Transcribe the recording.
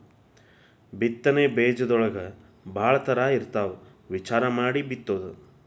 ಬಿತ್ತನೆ ಬೇಜದೊಳಗೂ ಭಾಳ ತರಾ ಇರ್ತಾವ ವಿಚಾರಾ ಮಾಡಿ ಬಿತ್ತುದು